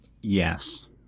Yes